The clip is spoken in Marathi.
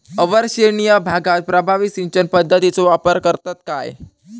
अवर्षणिय भागात प्रभावी सिंचन पद्धतीचो वापर करतत काय?